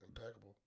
impeccable